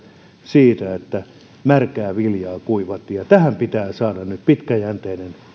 siitä että märkää viljaa kuivattiin tähän pitää saada nyt pitkäjänteinen